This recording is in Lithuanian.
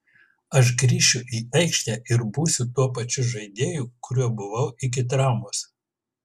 aš grįšiu į aikštę ir būsiu tuo pačiu žaidėju kuriuo buvau iki traumos